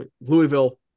Louisville